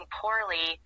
poorly